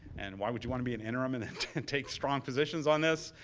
and why would you want to be an interim and take strong positions on this?